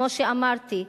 כמו שאמרתי,